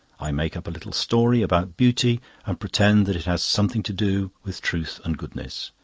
i make up a little story about beauty and pretend that it has something to do with truth and goodness.